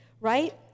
right